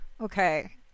Okay